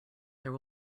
there